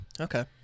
Okay